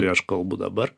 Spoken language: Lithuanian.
kurį aš kalbu dabar